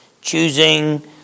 choosing